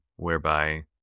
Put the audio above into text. whereby